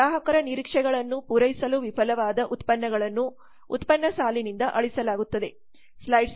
ಗ್ರಾಹಕರ ನಿರೀಕ್ಷೆಗಳನ್ನು ಪೂರೈಸಲು ವಿಫಲವಾದ ಉತ್ಪನ್ನಗಳನ್ನು ಉತ್ಪನ್ನ ಸಾಲಿನಿಂದ ಅಳಿಸಲಾಗುತ್ತದೆ